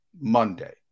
Monday